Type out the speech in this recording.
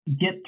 get